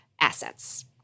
assets